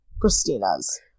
Christina's